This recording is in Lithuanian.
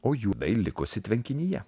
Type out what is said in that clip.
o jų dai likosi tvenkinyje